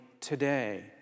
today